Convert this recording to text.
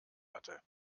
hatte